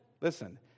Listen